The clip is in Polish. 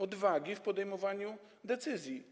Odwagi w podejmowaniu decyzji.